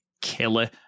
killer